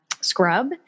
scrub